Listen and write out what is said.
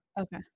Okay